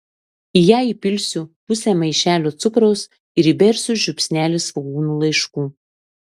į ją įpilsiu pusę maišelio cukraus ir įbersiu žiupsnelį svogūnų laiškų